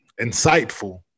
insightful